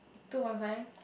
two point five